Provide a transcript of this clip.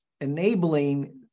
enabling